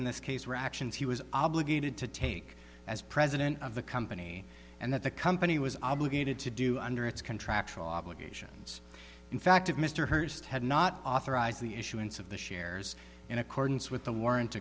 in this case were actions he was obligated to take as president of the company and that the company was obligated to do under its contractual obligations in fact of mr hurst had not authorized the issuance of the shares in accordance with the w